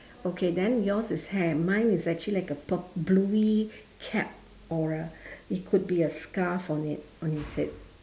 okay then yours is hair mine is actually like a purp~ bluey cap or a it could be a scarf on it on his head